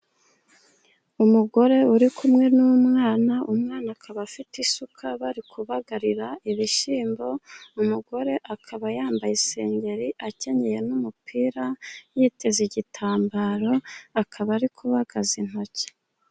Umugore uri kumwe n'umwana, umwana akaba afite isuka, bari kubagarira ibishyimbo. Umugore akaba yambaye isengeri akenyeye n'umupira, yiteze igitambaro akaba ari kubagaza intoki.